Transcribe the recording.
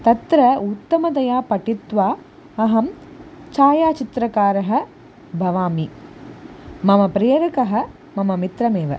तत्र उत्तमतया पठित्वा अहं छायाचित्रकारः भवामि मम प्रेरकः मम मित्रमेव